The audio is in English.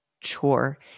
chore